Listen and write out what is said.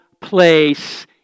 place